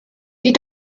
die